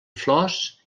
flors